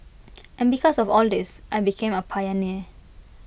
and because of all this I became A pioneer